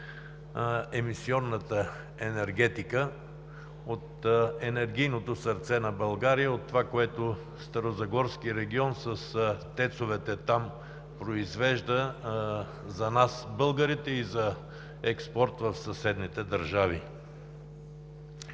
емисионната енергетика, от енергийното сърце на България, от това, което Старозагорският регион с ТЕЦ-овете там произвежда за нас, българите, и за експорт в съседните държави.